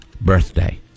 birthday